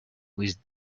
with